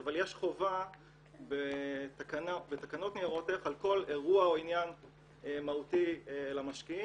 אבל יש חובה בתקנות ניירות ערך על כל אירוע או עניין מהותי למשקיעים,